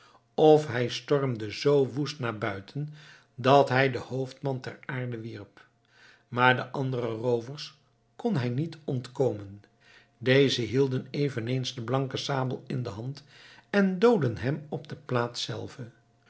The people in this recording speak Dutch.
of hij stormde zoo woest naar buiten dat hij den hoofdman ter aarde wierp maar den anderen roovers kon hij niet ontkomen dezen hielden eveneens de blanke sabel in de hand en doodden hem op de plaats zelve